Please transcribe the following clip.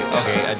okay